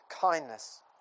kindness